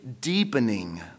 deepening